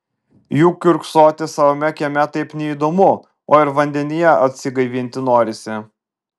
juk kiurksoti savame kieme taip neįdomu o ir vandenyje atsigaivinti norisi